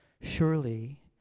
Surely